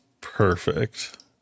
perfect